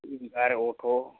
winger auto